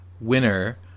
winner